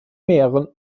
mähren